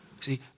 See